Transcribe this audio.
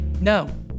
No